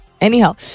anyhow